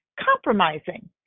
compromising